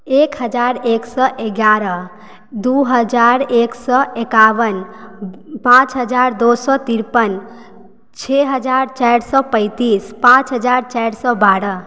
एक हजार एक सए एगारह दू हजार एक सए एकावन पाँच हजार दू सए तिरपन छओ हजार चारि सए पैतीस पाँच हजार चारि सए बारह